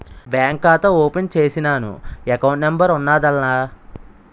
bank ఖాతా open చేసినాను account number ఉన్నాద్దాన్ల